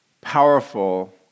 powerful